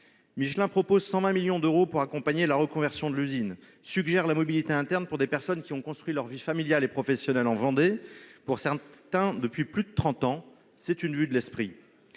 Michelin propose 120 millions d'euros pour accompagner la reconversion de l'usine, suggère la mobilité interne pour des personnes qui ont construit leur vie familiale et professionnelle en Vendée, pour certains depuis plus de trente ans. C'est une vue de l'esprit